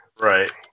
Right